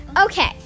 Okay